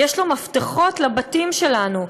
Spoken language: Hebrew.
יש לו מפתחות לבתים שלנו,